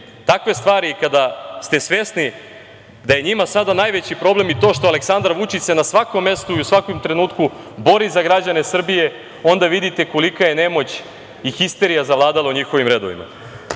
takve stvari i kada ste svesni da je njima sada najveći problem i to što se Aleksandar Vučić na svakom mestu i u svakom trenutku bori za građane Srbije, onda vidite kolika je nemoć i histerija zavladala u njihovim